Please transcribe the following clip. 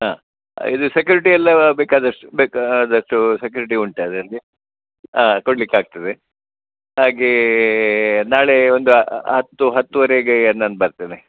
ಹಾಂ ಇದು ಸೆಕ್ಯುರಿಟಿಯೆಲ್ಲ ಬೇಕಾದಷ್ಟು ಬೇಕಾದಷ್ಟು ಸೆಕ್ಯೂರಿಟಿ ಉಂಟು ಅದರಲ್ಲಿ ಹಾಂ ಕೊಡ್ಲಿಕಾಗ್ತದೆ ಹಾಗೇ ನಾಳೆ ಒಂದು ಹತ್ತು ಹತ್ತೂವರೆಗೆ ನಾನು ಬರ್ತೆನೆ